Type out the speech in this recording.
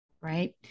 Right